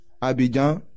Abidjan